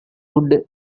would